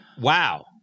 Wow